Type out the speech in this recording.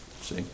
See